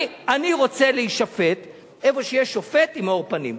אני רוצה להישפט איפה שיש שופט עם מאור פנים.